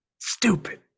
stupid